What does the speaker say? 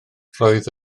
roedd